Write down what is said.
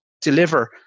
deliver